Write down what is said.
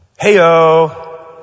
Heyo